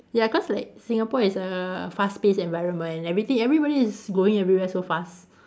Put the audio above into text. ya cause like Singapore is a fast paced environment everything everybody is going everywhere so fast